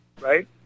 right